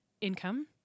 income